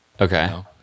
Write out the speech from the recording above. Okay